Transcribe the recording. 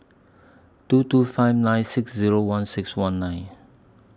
two two five nine six Zero one six one nine